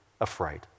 afraid